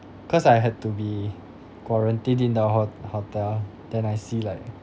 cause I had to be quarantined in the hot~ hotel then I see like